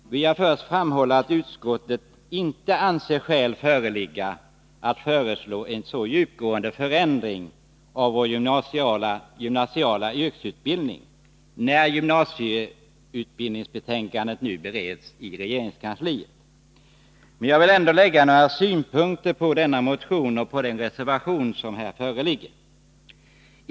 Jag vill då börja med att framhålla att utbildningsutskottet inte anser skäl föreligga att föreslå en så djupgående förändring av vår gymnasiala yrkesutbildning som denna, när gymnasieutbildningsbetänkandet nu bereds i regeringskansliet. Men jag vill ändå anlägga några synpunkter på motionen och på den reservation som föreligger.